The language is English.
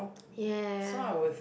ya